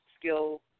skill